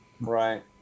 Right